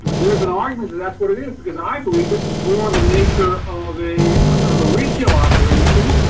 there's an argument that, that's what it is because i believe this is born the nature of a of a retail operation.